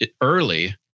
early